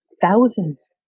thousands